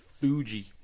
Fuji